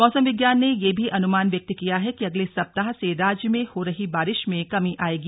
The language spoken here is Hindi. मौसम विज्ञान ने यह भी अनुमान व्यक्त किया है कि अगले सप्ताह से राज्य में हो रही बारिश में कमी आएगी